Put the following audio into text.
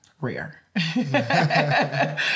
rare